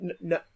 No